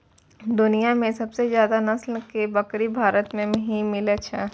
दुनिया मॅ सबसे ज्यादा नस्ल के बकरी भारत मॅ ही मिलै छै